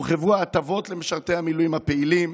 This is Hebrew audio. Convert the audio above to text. הורחבו ההטבות למשרתי המילואים הפעילים.